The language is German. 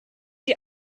die